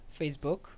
Facebook